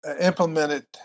implemented